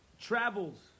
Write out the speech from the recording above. travels